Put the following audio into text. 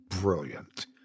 brilliant